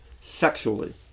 sexually